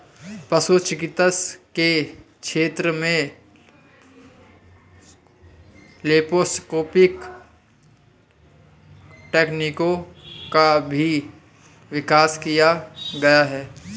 पशु चिकित्सा के क्षेत्र में लैप्रोस्कोपिक तकनीकों का भी विकास किया गया है